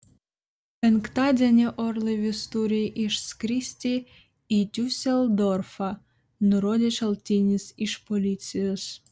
penktadienį orlaivis turi išskristi į diuseldorfą nurodė šaltinis iš policijos